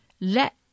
Let